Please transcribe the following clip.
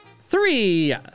three